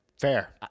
Fair